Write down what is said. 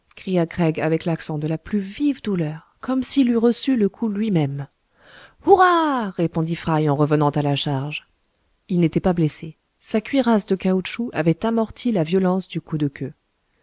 avec l'accent de la plus vive douleur comme s'il eût reçu le coup lui-même hourra répondit fry en revenant à la charge il n'était pas blessé sa cuirasse de caoutchouc avait amorti la violence du coup de queue